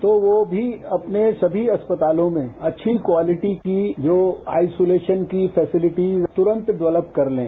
तो वो भी अपने सभी अस्पतालों में अच्छी क्वालिटी की जो आईसोलेशन की फेसेलेटी तुरंत डेवेल्प कर लें